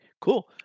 Cool